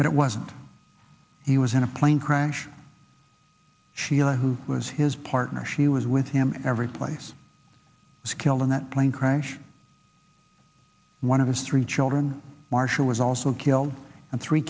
but it wasn't he was in a plane crash sheila who was his partner she was with him every place was killed in that plane crash one of his three children marshall was also killed and three